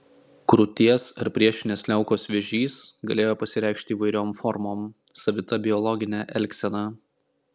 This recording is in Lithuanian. krūties ar priešinės liaukos vėžys galėjo pasireikšti įvairiom formom savita biologine elgsena